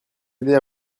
aider